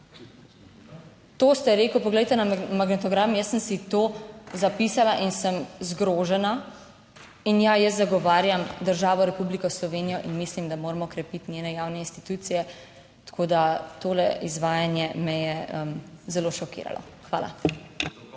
To ste rekel, poglejte na magnetogram, jaz sem si to zapisala in sem zgrožena. In ja, jaz zagovarjam državo Republiko Slovenijo in mislim, da moramo krepiti njene javne institucije. Tako da tole izvajanje me je zelo šokiralo. Hvala.